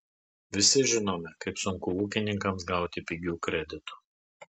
visi žinome kaip sunku ūkininkams gauti pigių kreditų